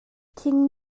thing